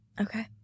Okay